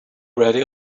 ready